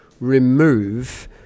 remove